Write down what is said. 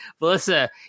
Melissa